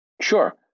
Sure